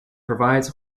provides